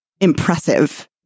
impressive